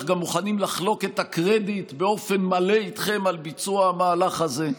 אנחנו גם מוכנים לחלוק איתכם את הקרדיט באופן מלא על ביצוע המהלך הזה,